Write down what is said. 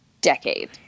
decade